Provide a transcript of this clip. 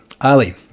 Ali